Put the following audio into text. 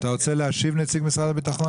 אתה רוצה להשיב, נציג משרד הביטחון?